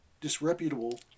disreputable